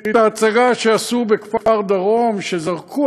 את ההצגה שעשו בכפר-דרום, שזרקו